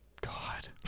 God